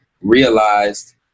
realized